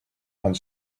and